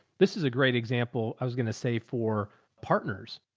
this is a great example. i was going to say for partners,